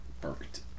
Perfect